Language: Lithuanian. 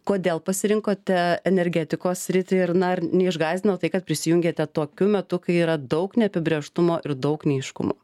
kodėl pasirinkote energetikos sritį ir na ar neišgąsdino tai kad prisijungėte tokiu metu kai yra daug neapibrėžtumo ir daug neaiškumų